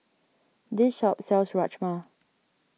this shop sells Rajma